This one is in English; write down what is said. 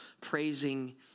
praising